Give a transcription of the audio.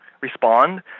respond